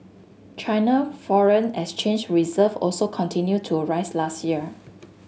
China foreign exchange reserve also continued to rise last year